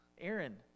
Aaron